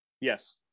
Yes